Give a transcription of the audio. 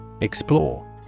Explore